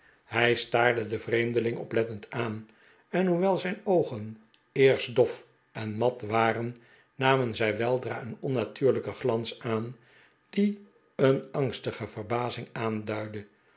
hij staarde den vreemdeling oplettend aan en hoewel zijn oogen eerst dof en mat waren nemen zij weldra een onnatuurlijken glans aan die een angstige verbazing aandukjde